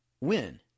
Win